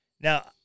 Now